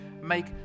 make